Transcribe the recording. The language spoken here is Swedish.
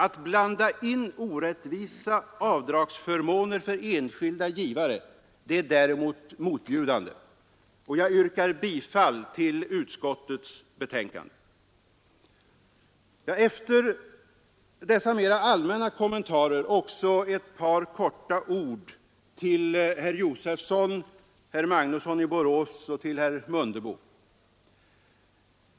Att blanda in orättvisa avdragsförmåner för enskilda givare är däremot motbjudande och jag yrkar bifall till utskottets hemställan. Efter dessa mera allmänna kommentarer några få ord till herr Josefson, till herr Magnusson i Borås och till herr Mundebo!